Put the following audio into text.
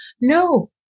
No